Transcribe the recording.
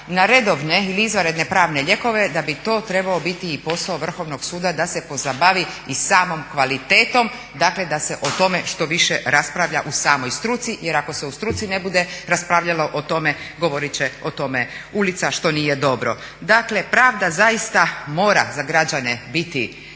na redovne ili izvanredne pravne lijekove da bi to trebao biti i posao Vrhovnog suda da se pozabavi i samom kvalitetnom, dakle da se o tome što više raspravlja u samoj struci. Jer ako se u struci ne bude raspravljalo o tome govorit će o tome ulica što nije dobro. Dakle, pravda zaista mora za građane biti